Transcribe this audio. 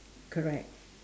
correct